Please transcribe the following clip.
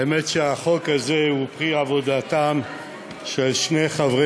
האמת שהחוק הזה הוא פרי עבודתם של שני חברי